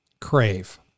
crave